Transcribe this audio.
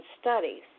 studies